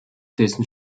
dessen